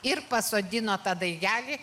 ir pasodino tą daigelį